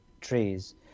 trees